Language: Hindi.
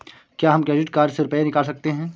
क्या हम क्रेडिट कार्ड से रुपये निकाल सकते हैं?